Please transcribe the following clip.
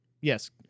yes